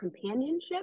companionship